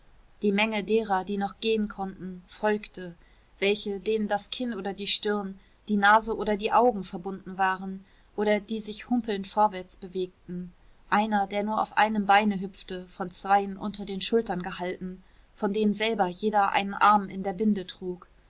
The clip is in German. die menge derer die noch gehen konnte folgte welche denen das kinn oder die stirn die nase oder die augen verbunden waren oder die sich humpelnd vorwärts bewegten einer der nur auf einem beine hüpfte von zweien unter den schultern gehalten von denen selber jeder einen arm in der binde trug